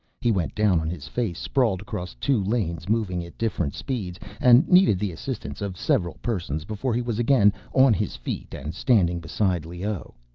he went down on his face, sprawled across two lanes moving at different speeds, and needed the assistance of several persons before he was again on his feet and standing beside leoh.